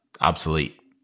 obsolete